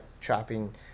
chopping